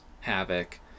havoc